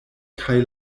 kaj